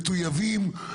מטויבים,